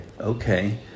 okay